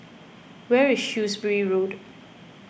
where is Shrewsbury Road